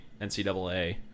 NCAA